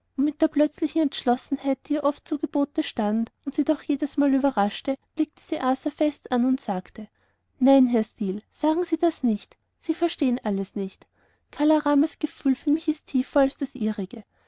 mit der plötzlichen entschlossenheit die ihr oft zu gebote stand und sie doch jedesmal überraschte blickte sie arthur fest an und sagte nein herr steel sagen sie das nicht sie verstehen das alles nicht kala ramas gefühl für mich ist tiefer als das ihrige